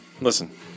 Listen